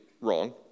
wrong